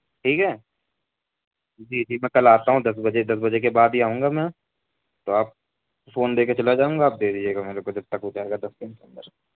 ٹھیک ہے جی جی میں کل آتا ہوں دس بجے دس بجے کے بعد ہی آؤں گا میں تو آپ فون دے کے چلا جاؤں گا آپ دے دیجیے گا میرے کو جب تک ہو جائے گا دس دن کے اندر